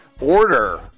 order